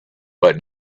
but